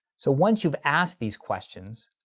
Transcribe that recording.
so once you've asked these questions,